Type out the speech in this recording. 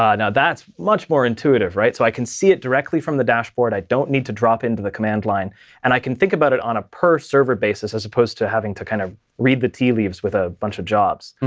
now, that's much more intuitive, right? so i can see it directly from the dashboard. i don't need to drop into the command line and i can think about it on a per server basis as opposed to having to kind of read the tea leaves with a bunch of jobs.